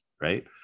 right